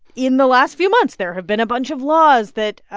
in the last few months, there have been a bunch of laws that,